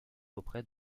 auprès